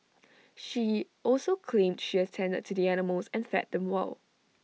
she also claimed she attended to the animals and fed them well